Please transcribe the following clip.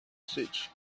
switch